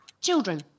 Children